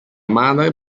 madre